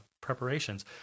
preparations